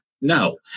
No